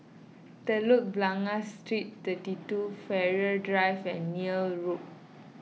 Telok Blangah Street thirty two Farrer Drive and Neil Road